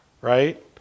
right